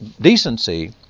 decency